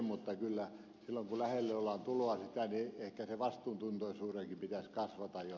mutta kyllä silloin kun lähelle sitä ollaan tulossa ehkä vastuuntuntoisuudenkin pitäisi kasvattaa ja